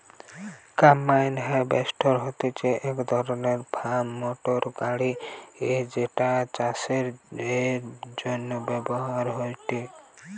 combine harvester হতিছে এক ধরণের ফার্ম মোটর গাড়ি যেটা চাষের জন্য ব্যবহার হয়েটে